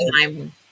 time